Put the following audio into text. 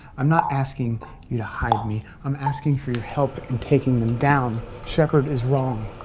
i'm not asking you to hide me. i'm asking for your help in taking them down. shepherd is wrong.